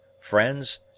friends